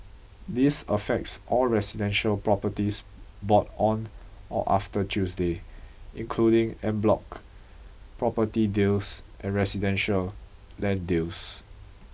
this affects all residential properties bought on or after Tuesday including en bloc property deals and residential land deals